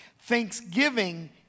Thanksgiving